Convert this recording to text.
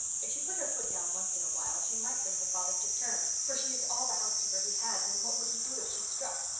if she put her foot down once in a while she might bring her father to terms, for she is all the housekeeper he has and what would he do if she struck?